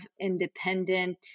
independent